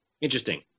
Interesting